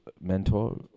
mentor